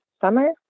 summer